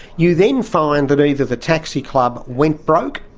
you then find that either the taxi club went broke,